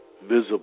visible